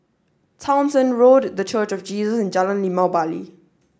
Townshend Road The Church of Jesus and Jalan Limau Bali